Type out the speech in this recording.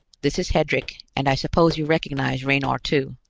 this is hedrick, and i suppose you recognize raynor two.